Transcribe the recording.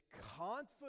confident